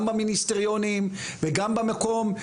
גם המיניסטריונים וגם במקום,